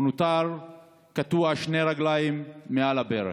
הוא נותר קטוע שתי רגליים מעל הברך.